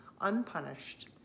unpunished